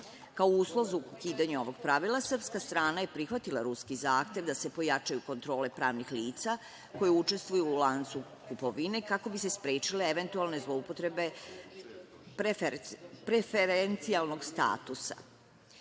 Kao uslov za ukidanje ovog pravila srpska strana je prihvatila ruski zahtev da se pojačaju kontrole pravnih lica koja učestvuju u lancu kupovine kako bi se sprečile eventualne zloupotrebe preferencijalnog statusa. Moram